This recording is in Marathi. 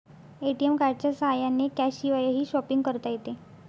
ए.टी.एम कार्डच्या साह्याने कॅशशिवायही शॉपिंग करता येते